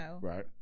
right